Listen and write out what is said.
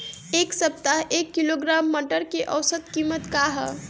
एक सप्ताह एक किलोग्राम मटर के औसत कीमत का ह?